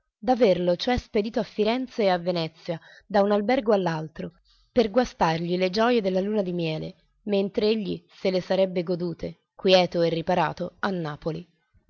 d'averlo cioè spedito a firenze e a venezia da un albergo all'altro per guastargli le gioje della luna di miele mentr'egli se le sarebbe godute quieto e riparato a napoli